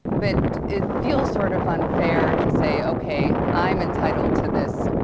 but it feels sort of unfair to say, okay, i'm entitled to this